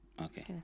Okay